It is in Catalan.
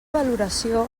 valoració